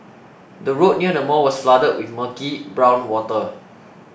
the road near the mall was flooded with murky brown water